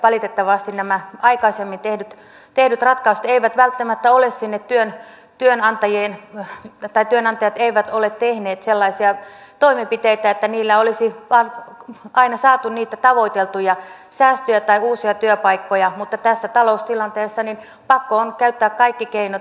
valitettavasti näillä aikaisemmin tehdyt pelit rattaat eivät välttämättä ole sinne työn tehdyillä ratkaisuilla työnantajat eivät ole tehneet sellaisia toimenpiteitä että niillä olisi aina saatu niitä tavoiteltuja säästöjä tai uusia työpaikkoja mutta tässä taloustilanteessa pakko on käyttää kaikki keinot